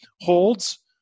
holds